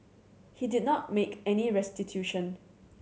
he did not make any restitution